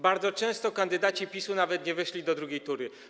Bardzo często kandydaci PiS-u nawet nie weszli do drugiej tury.